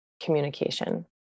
communication